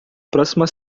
próxima